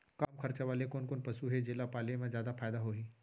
कम खरचा वाले कोन कोन पसु हे जेला पाले म जादा फायदा होही?